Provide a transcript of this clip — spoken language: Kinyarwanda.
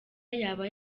yaba